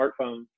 smartphones